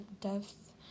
depth